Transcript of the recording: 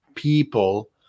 people